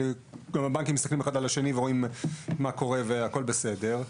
גם הבנקים מסתכלים אחד על השני ורואים מה קורה והכל בסדר.